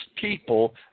people